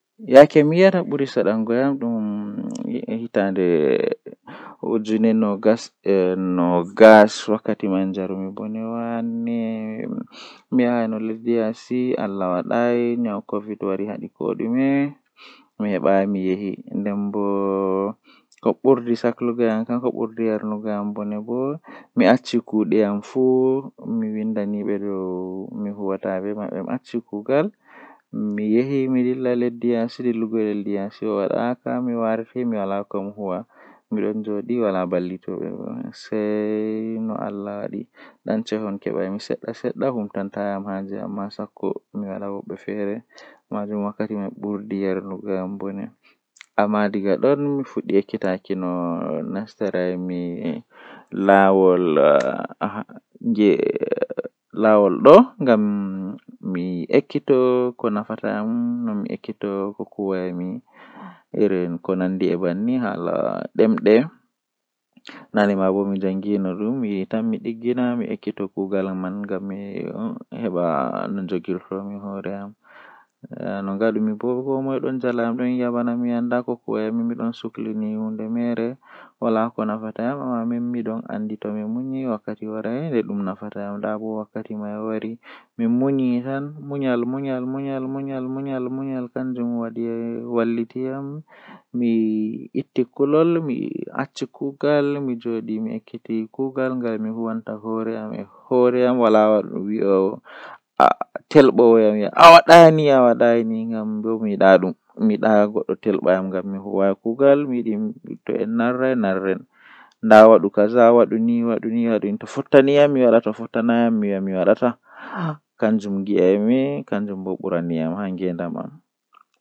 Asaweere jei mi yidi kanjum woni asaweere jei siwtaare mi siwtaa haa nder iyaalu am daa am be baaba am be debbo am be derdiraabe am.